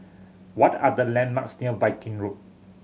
what are the landmarks near Viking Road